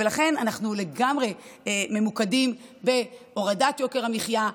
ולכן אנחנו לגמרי ממוקדים בהורדת יוקר המחיה.